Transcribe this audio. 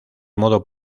modo